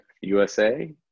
USA